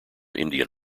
indian